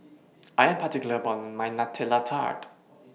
I Am particular about My Nutella Tart